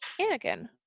Anakin